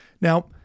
Now